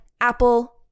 Apple